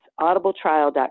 audibletrial.com